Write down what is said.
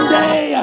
day